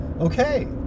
Okay